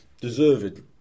Deserved